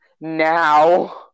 now